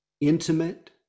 intimate